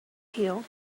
peel